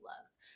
loves